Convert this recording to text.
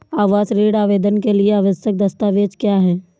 आवास ऋण आवेदन के लिए आवश्यक दस्तावेज़ क्या हैं?